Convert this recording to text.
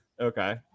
Okay